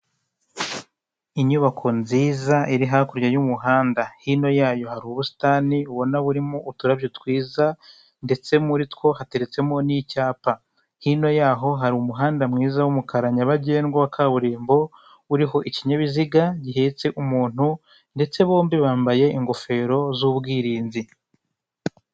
Inyubako nziza iri hakurya y'umuhanda hino yayo hari ubusitani ubona burimo uturabyo twiza ndetse muri two hateretsemo n'icyapa. Hino yaho hari umuhanda mwiza w'umukara nyabagendwa wa kaburimbo, uriho ikinyabiziga gihetse umuntu ndetse bombi bambaye ingofero z'ubwirinzi.